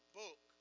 book